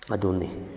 ꯑꯗꯨꯅꯤ